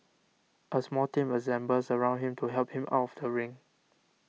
a small team assembles around him to help him out of the ring